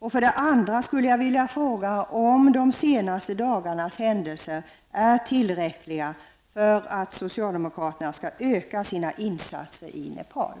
Ytterligare skulle jag vilja fråga om de senaste dagarnas händelser är tillräckliga för att socialdemokraterna skall öka sina insatser i Nepal.